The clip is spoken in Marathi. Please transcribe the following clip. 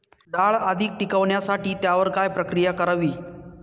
डाळ अधिक टिकवण्यासाठी त्यावर काय प्रक्रिया करावी?